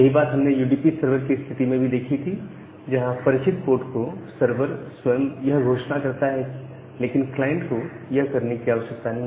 यही बात हमने यूडीपी सर्वर की स्थिति में भी देखी थी जहां परिचित पोर्ट को सर्वर स्वयं यह घोषणा करता है लेकिन क्लाइंट को यह करने की आवश्यकता नहीं